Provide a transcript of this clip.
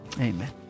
Amen